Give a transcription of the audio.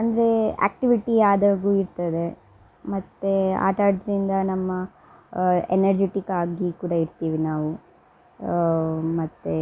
ಅಂದರೆ ಆಕ್ಟಿವಿಟಿ ಆದಾಗು ಇರ್ತದೆ ಮತ್ತು ಆಟ ಆಡೋದ್ರಿಂದ ನಮ್ಮ ಎನರ್ಜಿಟಿಕ್ ಆಗಿ ಕೂಡ ಇರ್ತಿವಿ ನಾವು ಮತ್ತು